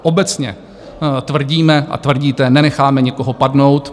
Obecně tvrdíme a tvrdíte nenecháme nikoho padnout.